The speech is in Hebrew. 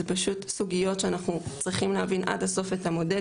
זה פשוט סוגיות שאנחנו צריכים להבין עד הסוף את המודל